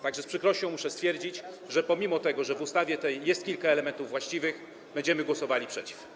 Tak że z przykrością muszę stwierdzić, że pomimo że w tej ustawie jest kilka elementów właściwych, będziemy głosowali przeciw.